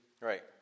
Right